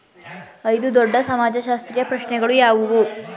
ಐದು ದೊಡ್ಡ ಸಮಾಜಶಾಸ್ತ್ರೀಯ ಪ್ರಶ್ನೆಗಳು ಯಾವುವು?